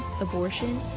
abortion